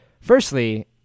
Firstly